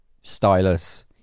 stylus